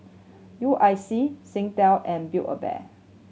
U I C Singtel and Build A Bear